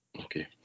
Okay